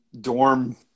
dorm –